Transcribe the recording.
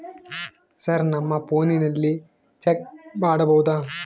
Sir ನಮ್ಮ ಫೋನಿನಲ್ಲಿ check ಮಾಡಬಹುದಾ?